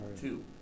Two